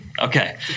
okay